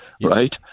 right